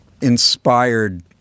inspired